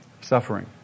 Suffering